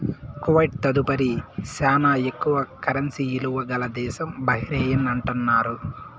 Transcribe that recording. Kuwait తదుపరి శానా ఎక్కువ కరెన్సీ ఇలువ గల దేశం బహ్రెయిన్ అంటున్నారు